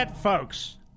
folks